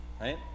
right